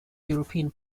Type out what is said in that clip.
european